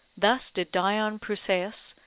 thus did dion prusaeus,